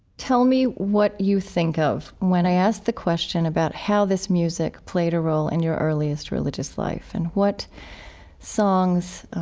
tell me what you think of when i ask the question about how this music played a role in your earliest religious life, and what songs,